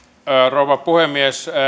rouva puhemies